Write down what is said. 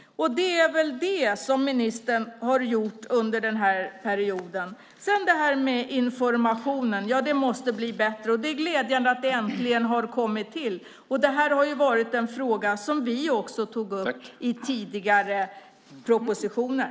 Det är väl det som ministern har gjort under den här perioden. Ja, informationen måste bli bättre. Det är glädjande att det äntligen har kommit till. Det var en fråga som vi tog upp i tidigare propositioner.